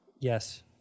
Yes